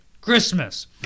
Christmas